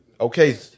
Okay